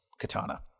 katana